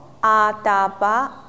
Atapa